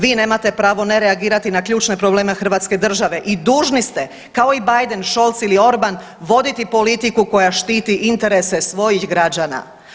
Vi nemate pravo ne reagirati na ključne probleme hrvatske države i dužni ste kao i Biden, Scholz ili Orban voditi politiku koja štiti interese svojih građana.